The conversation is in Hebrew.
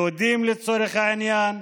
יהודים לצורך העניין,